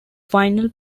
final